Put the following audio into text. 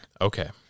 Okay